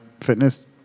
fitness